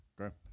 Okay